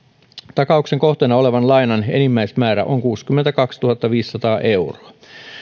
takauksen kohteena olevan lainan enimmäismäärä on kuusikymmentäkaksituhattaviisisataa euroa